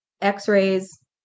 x-rays